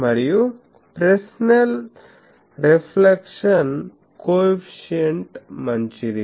మరియు Fresnel reflection coefficient మంచిది